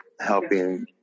helping